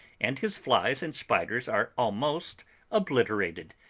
and his flies and spiders are almost obliterated.